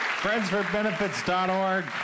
FriendsforBenefits.org